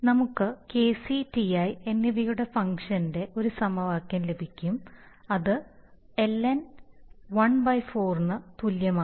നമുക്ക് Kc Ti എന്നിവയുടെ function ഇൻറെ ഒരു സമവാക്യം ലഭിക്കും അത് ln ന്14 അത്തുല്യമാണ്